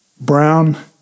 Brown